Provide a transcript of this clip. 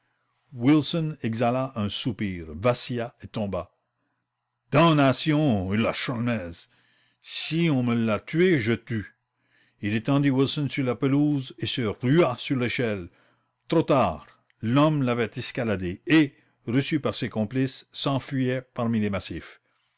wilson exhala un soupir vacilla et tomba damnation hurla sholmès si on me l'a tué je tue il étendit wilson sur la pelouse et se rua sur l'échelle trop tard l'homme l'avait escaladée et reçu par ses complices s'enfuyait parmi les massifs